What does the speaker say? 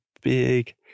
big